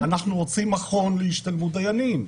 אנחנו רוצים מכון להשתלמות דיינים.